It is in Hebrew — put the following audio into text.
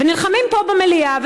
ונלחמים פה במליאה,